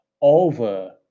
over